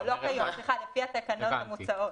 לא כיום, סליחה, לפי התקנות המוצעות.